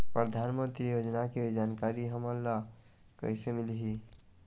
परधानमंतरी योजना के जानकारी हमन ल कइसे मिलही?